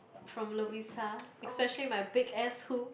from Lovisa especially my big ass hoop